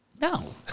No